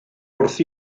wrth